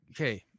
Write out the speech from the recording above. okay